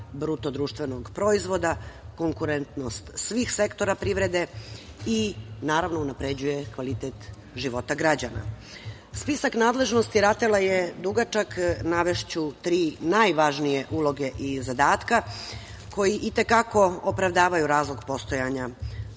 utiče na rast BDP, konkurentnost svih sektora privrede i naravno unapređuje kvalitet života građana. Spisak nadležnosti RATEL-a je dugačak, navešću tri najvažnije uloge i zadatka koji i te kako opravdavaju razlog postojanja